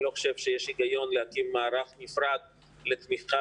אני לא חושב שיש היגיון להקים מערך נפרד לתמיכה